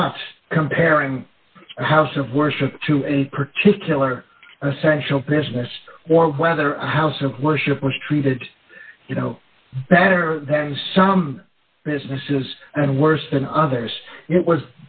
not comparing a house of worship to a particular essential business or whether house of worship was treated you know better than some businesses and worse than others it was